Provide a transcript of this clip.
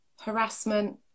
Harassment